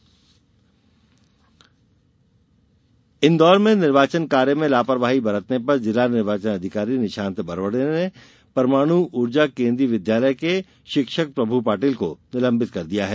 निलंबन इंदौर में निर्वाचन कार्य में लापरवाही बरतने पर जिला निर्वाचन अधिकारी निशांत बरवड़े ने परमाणु ऊर्जा केन्द्रीय विद्यालय के शिक्षक प्रभू पाटिल को निलंबित कर दिया है